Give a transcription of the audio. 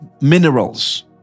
minerals